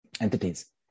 entities